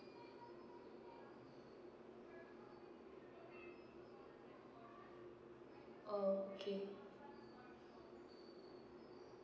okay